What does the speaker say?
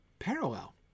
Parallel